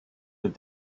with